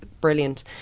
brilliant